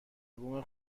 بوم